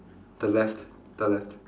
the left the left